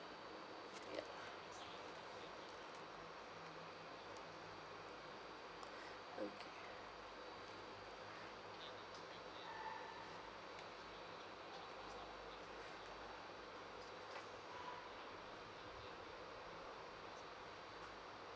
ya okay